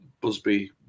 Busby